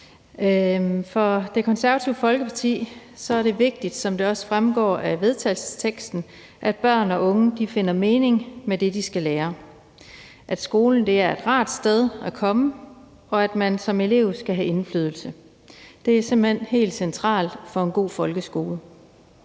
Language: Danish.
For Det Konservative Folkeparti er det vigtigt, som det også fremgår af vedtagelsesteksten, at børn og unge finder mening med det, de skal lære, at skolen er et rart sted at komme, og at man som elev skal have indflydelse. Det er simpelt hen helt centralt for en god folkeskole,